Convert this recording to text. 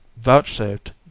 vouchsafed